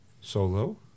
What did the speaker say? Solo